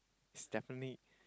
is definitely